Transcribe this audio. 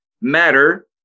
matter